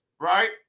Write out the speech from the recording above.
right